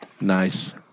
Nice